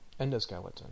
endoskeleton